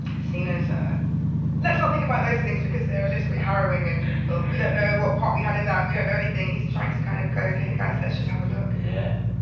seen as a let's not think about those things because they're a little bit harrowing, and we don't know what part we had in them. we don't know anything. he's trying to kind of go hey, guys let's just have a look yeah.